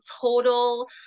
Total